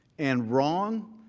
and wrong.